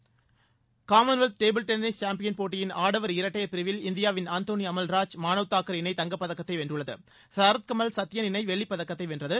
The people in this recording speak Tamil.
விளையாட்டுச் செய்தி காமன்வெல்த் டேபிள் டென்னிஸ் சாம்பியன் போட்டியின் ஆடவர் இரட்டையர் பிரிவில் இந்தியாவின் அந்தோனி அமல்ராஜ் மானவ் தக்கர் இணை தங்கப் பதக்கத்தை வென்றுள்ளது சரத்கமல் சத்தியன் இணை வெள்ளிப் பதக்கத்தை வென்றது